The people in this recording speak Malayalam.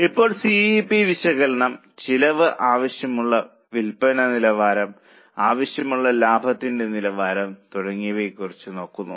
ഇപ്പോൾ സി വി പി വിശകലനം ചെലവ് ആവശ്യമുള്ള വിൽപ്പന നിലവാരം ആവശ്യമുള്ള ലാഭത്തിന്റെ നിലവാരം തുടങ്ങിയവയെക്കുറിച്ച് നോക്കുന്നു